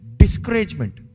discouragement